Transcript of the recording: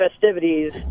festivities